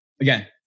Again